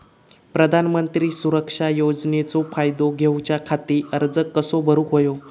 प्रधानमंत्री सुरक्षा योजनेचो फायदो घेऊच्या खाती अर्ज कसो भरुक होयो?